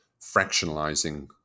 fractionalizing